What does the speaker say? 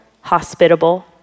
hospitable